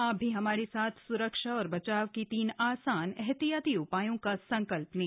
आप भी हमारे साथ स्रक्षा और बचाव के तीन आसान एहतियाती उपायों का संकल्प लें